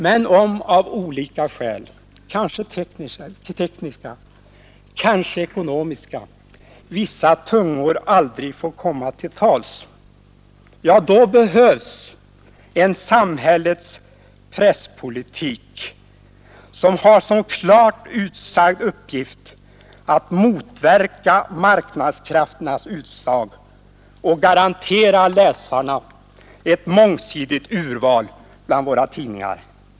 Men om av olika skäl, kanske tekniska, kanske ekonomiska, vissa tungor aldrig får komma till tals, då behövs en samhällets presspolitik som har som klart utsagd uppgift att motverka marknadskrafternas utslag och garantera läsarna ett mångsidigt urval bland våra tidningar.